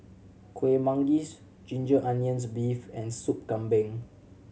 Kueh Manggis ginger onions beef and Sop Kambing